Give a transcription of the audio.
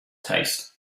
taste